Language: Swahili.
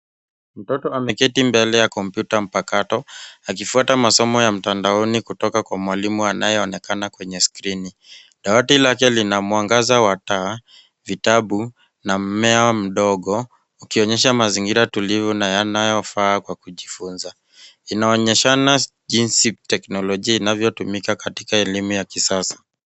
Mtoto ameketi mbele ya kompyuta mpakato akifuata masomo ya mtandaoni kutoka kwa mwalimu anayeonekana kwenye skrini . Dawati lake lina mwangaza wa taa, vitabu na mmea mdogo ukionyesha mazingira tulivu na yanayofaa kwa kujifunza. Inaonyeshana jinsi teknolojia inavyotumika katika elimu ya kisasa.